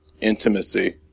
intimacy